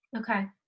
Okay